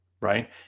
right